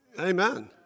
Amen